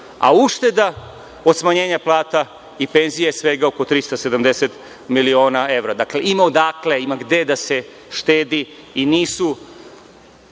a ušteda od smanjenja plata i penzija je svega oko 370 miliona evra. Dakle, ima odakle, ima gde da se štedi i nisu